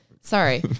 sorry